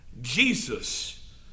Jesus